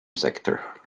sector